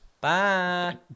Bye